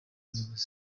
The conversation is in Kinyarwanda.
ubuyobozi